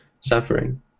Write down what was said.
suffering